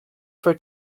for